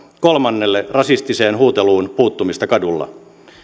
kolmannelle rasistiseen huuteluun puuttumista kadulla